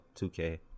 2K